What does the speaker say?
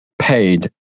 paid